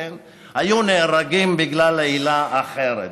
היו נהרגים בגלל עילה אחרת,